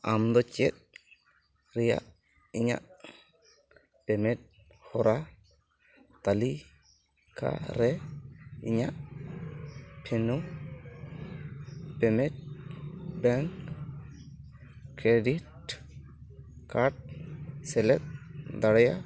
ᱟᱢ ᱫᱚ ᱪᱮᱫ ᱨᱮᱭᱟᱜ ᱤᱧᱟ ᱜ ᱯᱮᱢᱮᱴ ᱦᱚᱨᱟ ᱛᱟ ᱞᱤᱠᱟ ᱨᱮ ᱤᱧᱟᱹᱜ ᱴᱷᱮᱱᱩ ᱯᱮᱢᱮᱱᱴ ᱵᱮᱝᱠ ᱠᱨᱮᱰᱤᱴ ᱠᱟᱨᱰ ᱥᱮᱞᱮᱫ ᱫᱟᱲᱮᱭᱟᱜᱼᱟ